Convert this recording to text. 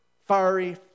fiery